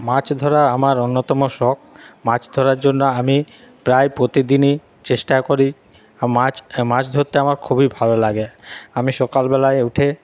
মাছ ধরা আমার অন্যতম শখ মাছ ধরার জন্য আমি প্রায় প্রতিদিনই চেষ্টা করি মাছ মাছ ধরতে আমার খুবই ভালো লাগে আমি সকাল বেলাই উঠে